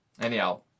Anyhow